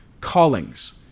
callings